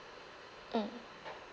mm